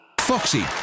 Foxy